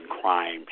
crime